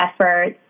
efforts